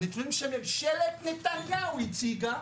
הנתונים שממשלת נתניהו הציגה,